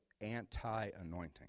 anti-anointing